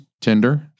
Tinder